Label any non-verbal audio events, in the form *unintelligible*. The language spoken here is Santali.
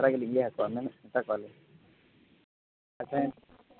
*unintelligible*